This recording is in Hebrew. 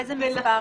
איזה מספר?